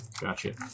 Gotcha